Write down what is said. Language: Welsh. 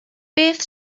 beth